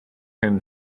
him